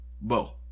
Bo